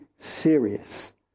serious